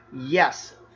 yes